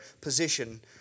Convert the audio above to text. position